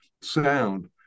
sound